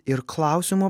ir klausimo